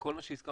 כל מה שהזכרת,